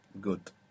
Good